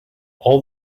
all